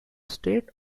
state